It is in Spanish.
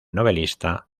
novelista